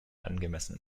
angemessen